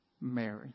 Mary